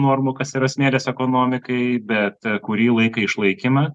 normų kas yra smėlis ekonomikai bet kurį laiką išlaikėme